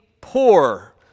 poor